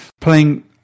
playing